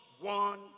one